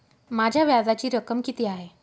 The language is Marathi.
माझ्या व्याजाची रक्कम किती आहे?